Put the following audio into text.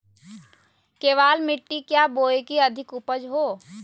केबाल मिट्टी क्या बोए की अधिक उपज हो?